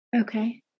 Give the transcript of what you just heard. okay